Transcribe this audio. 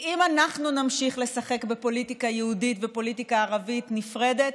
אם אנחנו נמשיך לשחק בפוליטיקה יהודית ופוליטיקה ערבית נפרדת,